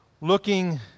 looking